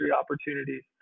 opportunities